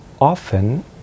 often